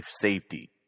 safety